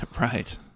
Right